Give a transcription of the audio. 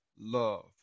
love